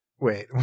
Wait